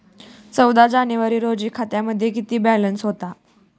चौदा जानेवारी रोजी खात्यामध्ये किती बॅलन्स होता?